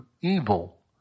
evil